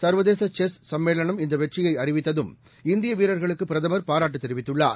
சர்வதேசசெஸ்ச ம்மேளனம்இந்தவெற்றியைஅறிவித்ததும் இந்தியவீரர்களுக்குபிரதமர்பாராட்டுதெரிவித்துள்ளார்